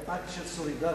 זה אקט של סולידריות,